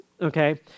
okay